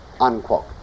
Unquote